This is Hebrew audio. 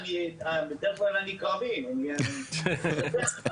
בדרך כלל אני קרבי, אתה יודע.